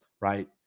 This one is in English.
right